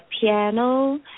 piano